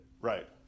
Right